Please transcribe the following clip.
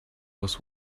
was